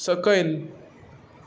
सकयल